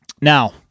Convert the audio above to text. now